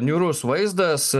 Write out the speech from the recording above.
niūrus vaizdas